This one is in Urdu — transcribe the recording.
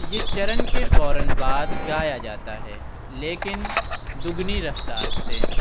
یہ چرن کے فوراً بعد گایا جاتا ہے لیکن دگنی رفتار سے